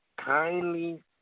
kindly